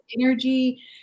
energy